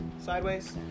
sideways